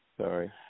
Sorry